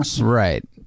right